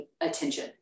attention